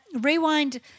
Rewind